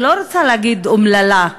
אני לא רוצה להגיד האומללה,